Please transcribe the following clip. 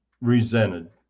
resented